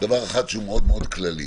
דבר אחד שהוא מאוד מאוד כללי.